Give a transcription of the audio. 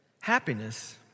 happiness